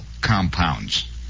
compounds